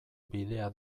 bidea